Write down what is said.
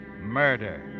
murder